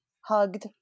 hugged